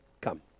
come